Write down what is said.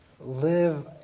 live